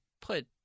put